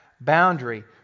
boundary